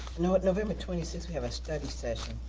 you know but november twenty sixth we have a study session.